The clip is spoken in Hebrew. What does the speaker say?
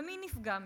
ומי נפגע מכך?